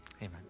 Amen